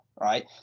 right